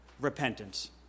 repentance